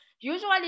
Usually